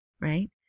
right